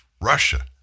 Russia